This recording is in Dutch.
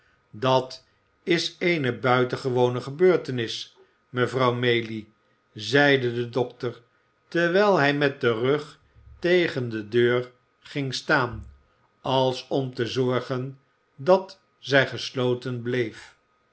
dat is eene buitengewone gebeurtenis mevrouw maylie zeide de dokter terwijl hij met den rug tegen de deur ging staan als om te zorgen dat zij gesloten bleef